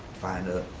find a